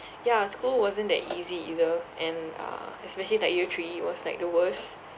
ya school wasn't that easy either and uh especially like year three it was like the worst